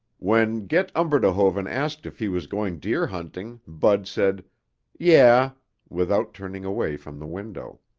when get umberdehoven asked if he was going deer hunting, bud said yeah without turning away from the window.